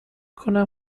کنم